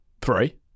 Three